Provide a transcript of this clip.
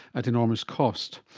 at enormous cost.